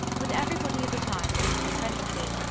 when everybody had retired but the two prentices,